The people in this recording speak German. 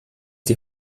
die